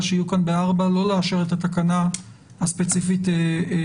שיהיו כאן בשעה ארבע לא לאשר את התקנה הספציפית הזו.